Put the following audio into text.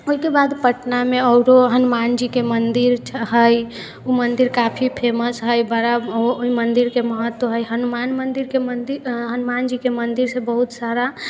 ओइके बाद पटनामे आरो हनुमान जीके मन्दिर हइ उ मन्दिर काफी फेमस हइ बड़ा ओय मन्दिरके महत्व हइ हनुमान मन्दिरके हनुमान जीके मन्दिरसँ बहुत सारा